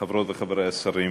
חברותי וחברי השרים,